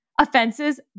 Offenses